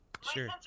Sure